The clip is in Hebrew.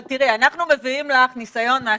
אנחנו מביאים לך ניסיון מהשטח,